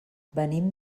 venim